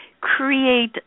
Create